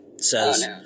Says